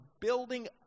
building